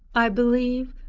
i believe,